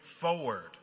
forward